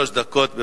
שלוש דקות.